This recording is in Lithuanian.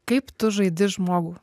kaip tu žaidi žmogų